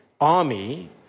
army